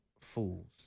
fools